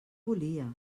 volia